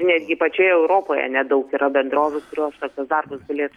netgi pačioje europoje nedaug yra bendrovių kurios vat darbus galėtų